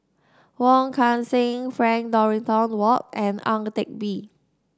Wong Kan Seng Frank Dorrington Ward and Ang Teck Bee